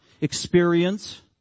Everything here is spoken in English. experience